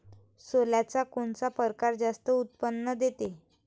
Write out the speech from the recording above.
सोल्याचा कोनता परकार जास्त उत्पन्न देते?